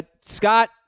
Scott